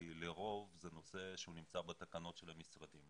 לרוב זה נושא שנמצא בתקנות של המשרדים,